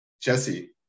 jesse